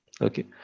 Okay